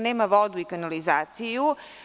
Nema vodu i kanalizaciju.